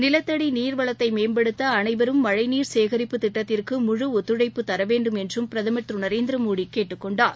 நிலத்தடி நீர்வளத்தை மேம்படுத்த அனைவரும் மழைநீர் சேகரிப்பு திட்டத்திற்கு முழு ஒத்துழைப்புத் தர வேண்டும் என்றம் பிரதமர் திரு நரேந்திரமோடி கேட்டுக் கொண்டார்